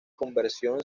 conversión